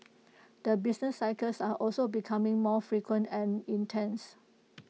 the business cycles are also becoming more frequent and intense